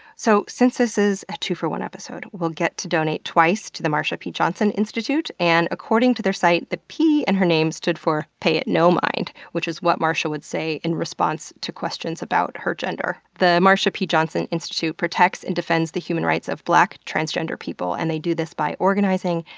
so since this is a two for one episode, we'll get to donate twice to the marsha p. johnson institute, and according to their site, the p in and her name stood for pay it no mind, which is what marsha would say in response to questions about her gender. the marsha p. johnson institute protects and defends the human rights of black transgender people, and they do this by organizing,